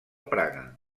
praga